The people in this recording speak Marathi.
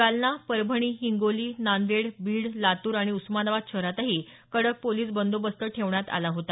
जालना परभणी हिंगोली नांदेड बीड लातूर आणि उस्मानाबाद शहरातही कडक पोलिस बंदोबस्त होता